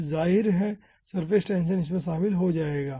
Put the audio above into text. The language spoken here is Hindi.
तो जाहिर है कि सर्फेस टेंशन उसमे शामिल हो जाएगा